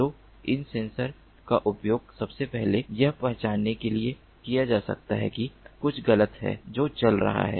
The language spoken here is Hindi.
तो इन सेंसर का उपयोग सबसे पहले यह पहचानने के लिए किया जा सकता है कि कुछ गलत है जो चल रहा है